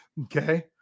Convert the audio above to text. Okay